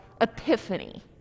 epiphany